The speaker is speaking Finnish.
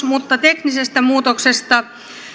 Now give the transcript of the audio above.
mutta teknisestä muutoksesta